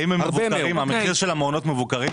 האם מחירי המעונות מבוקרים?